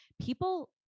People